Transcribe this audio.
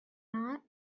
not